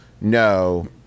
no